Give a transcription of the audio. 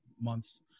months